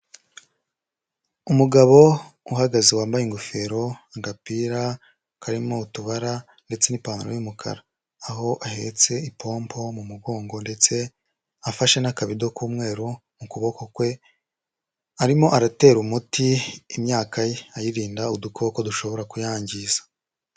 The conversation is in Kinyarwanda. Umugabo uhagaze wambaye ingofero, agapira karimo utubara ndetse n'ipantaro y'umukara, aho ahetse ipompo mu mugongo ndetse afashe n'akabido k'umweru mu kuboko kwe, arimo aratera umuti imyaka ye ayirinda udukoko dushobora kuyangiza.